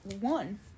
one